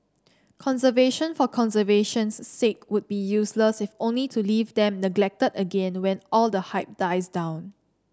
conservation for conservation's sake would be useless if only to leave them neglected again when all the hype dies down